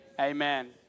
amen